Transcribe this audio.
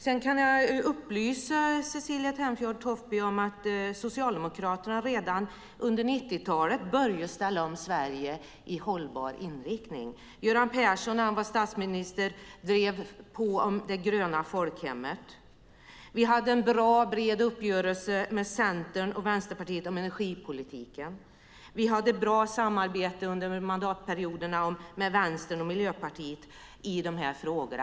Jag kan upplysa Cecilie Tenfjord-Toftby om att Socialdemokraterna redan under 90-talet började ställa om Sverige i hållbar inriktning. Göran Persson drev på om det gröna folkhemmet när han var statsminister. Vi hade en bra, bred uppgörelse med Centern och Vänsterpartiet om energipolitiken. Vi hade ett bra samarbete under mandatperioderna med Vänstern och Miljöpartiet i dessa frågor.